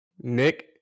Nick